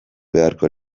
beharko